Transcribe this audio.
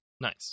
nice